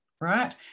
right